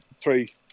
three